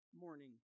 morning